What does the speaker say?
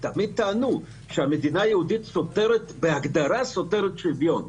שמדינה יהודית סותרת בהגדרה את השוויון.